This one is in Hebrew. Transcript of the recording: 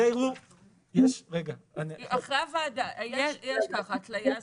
רגע -- יש התליה זמנית,